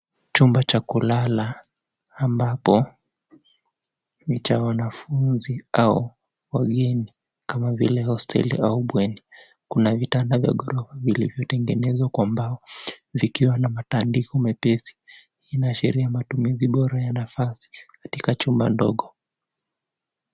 Chumba cha kulala ambapo ni cha wanafunzi au wageni kama vile hosteli au bweni. Kuna vitanda vya ghorofa vilivyotengenezwa kwa mbao vikiwa na matandiko mepesi. Vinaashiria matumizi bora ya nafasi katika chumba ndogo.